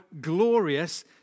glorious